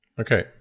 Okay